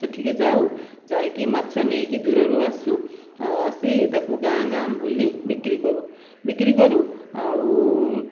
ସେଠିକି ଯାଉ ଯାଇକି ମାଛ ନେଇକି ଦୂରରୁ ଆସୁ ଆଉ ଆସି ତା'କୁ ଗାଁ ଗାଁ ବୁଲି ବିକ୍ରୀ କରୁ ବିକ୍ରୀ କରୁ ଆଉ